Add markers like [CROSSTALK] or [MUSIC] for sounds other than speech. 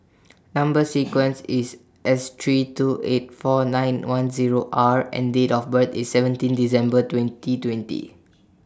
Number sequence [NOISE] IS S three two eight four nine one Zero R and Date of birth IS seventeen December twenty twenty